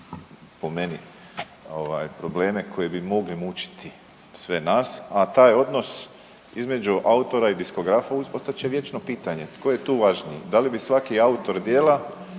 po meni ovaj probleme koji bi mogli mučiti sve nas. A taj odnos između autora i diskografa ostat će vječno pitanje, tko je tu važniji, da li bi svaki autor djela